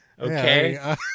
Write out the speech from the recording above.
okay